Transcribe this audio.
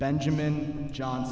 benjamin john